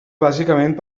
bàsicament